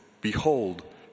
Behold